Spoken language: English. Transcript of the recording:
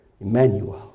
Emmanuel